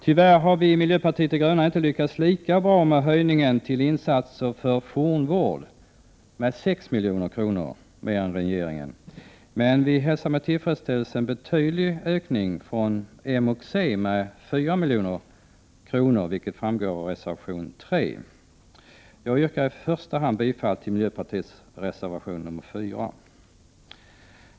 Tyvärr har vi i miljöpartiet de gröna inte lyckats lika bra med höjningen till insatser för fornvård med 6 milj.kr. mer än regeringen föreslår, men vi hälsar med tillfredsställelse att moderaterna och centerpartiet föreslår en betydande ökning med 4 milj.kr., vilket framgår av reservation 3. Jag yrkar i första hand bifall till miljöpartiets reservation 4.